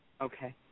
Okay